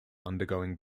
undergoing